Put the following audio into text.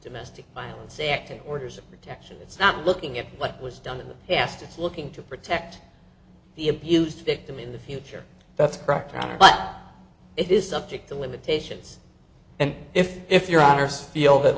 domestic violence second orders of protection it's not looking at what was done in the past it's looking to protect the abused victim in the future that's correct but it is subject to limitations and if if your honour's feel that